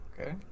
Okay